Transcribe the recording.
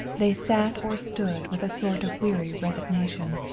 they sat or stood with a sort of weary resignation.